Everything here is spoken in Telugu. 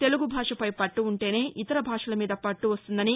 తెలుగు భాషపై పట్ట ఉంటేనే ఇతర భాషల మీద పట్టు వస్తుందని